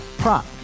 prop